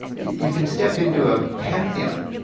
you can step into a pantheon,